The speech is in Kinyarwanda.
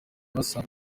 basanga